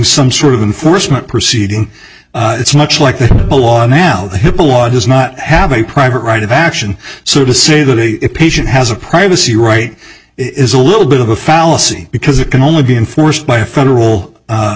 some sort of enforcement proceeding it's much like that now the hipaa laws does not have a private right of action so to say that a patient has a privacy right is a little bit of a fallacy because it can only be enforced by a federal